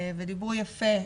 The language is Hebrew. ודיברו יפה,